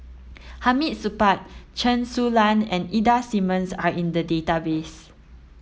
Hamid Supaat Chen Su Lan and Ida Simmons are in the database